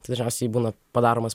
tai dažniausiai būna padaromas